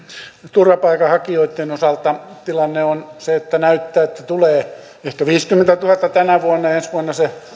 turvapaikanhakijoitten osalta tilanne on se että näyttää siltä että tänä vuonna tulee ehkä viisikymmentätuhatta ja ensi vuonna se